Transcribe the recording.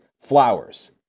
flowers